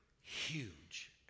huge